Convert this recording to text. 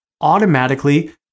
automatically